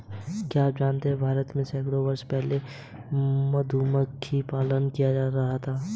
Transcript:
क्या आप जानते है भारत में सैकड़ों वर्ष पहले से मधुमक्खी पालन किया जाता रहा है?